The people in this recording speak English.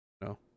No